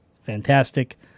fantastic